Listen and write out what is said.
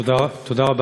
תודה רבה,